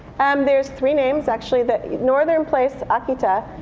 um, there's three names actually. the northern place, akita,